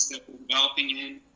developing in,